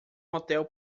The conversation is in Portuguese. hotel